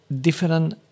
different